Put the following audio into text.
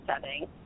setting